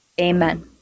Amen